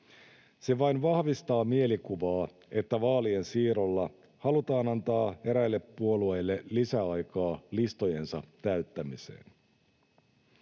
Se vain vahvistaa mielikuvaa, että vaalien siirrolla halutaan antaa eräille puolueille lisäaikaa listojensa täyttämiseen.